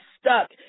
stuck